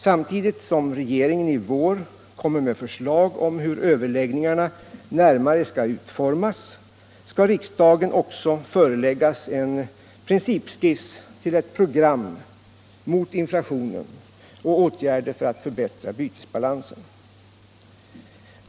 Samtidigt som regeringen i vår kommer med förslag om hur överläggningarna närmast skall utformas, skall riksdagen också föreläggas en principskiss till ett program mot inflationen och åtgärder för att förbättra bytesbalansen.